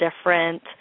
different